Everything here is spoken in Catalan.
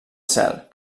cel